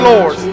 Lord